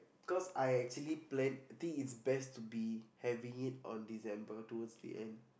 cause I actually planned the thing it's best to be having it on December towards the end